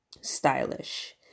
stylish